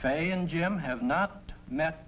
say and jim have not met